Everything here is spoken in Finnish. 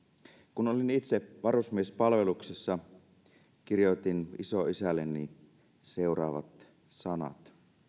kun olin itse varusmiespalveluksessa kirjoitin isoisälleni seuraavat sanat